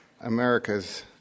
America's